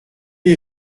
est